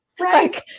right